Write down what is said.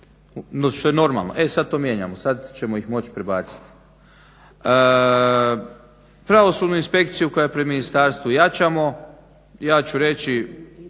što je normalno. E sad to mijenjamo, sad ćemo ih moći prebaciti. Pravosudnu inspekciju koja je pri ministarstvu jačamo. Ja ću reći